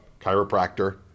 chiropractor